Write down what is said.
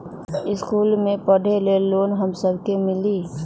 इश्कुल मे पढे ले लोन हम सब के मिली?